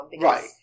Right